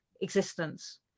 existence